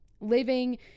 living